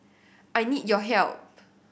I need your help